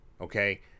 okay